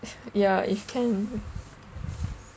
ya if can